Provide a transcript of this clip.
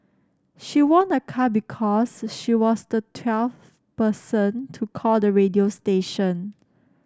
she won a car because she was the twelfth person to call the radio station